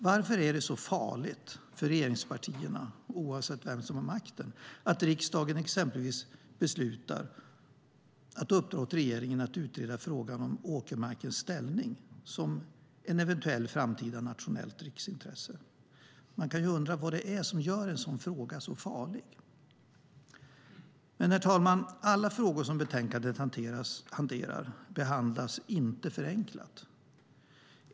Varför är det så farligt för regeringspartierna - oavsett vem som har makten - att riksdagen exempelvis beslutar att uppdra åt regeringen att utreda frågan om åkermarkens ställning som ett eventuellt framtida nationellt riksintresse? Man kan undra vad det är som gör en sådan fråga så farlig. Men, herr talman, alla frågor som betänkandet hanterar behandlas inte förenklat.